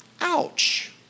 Ouch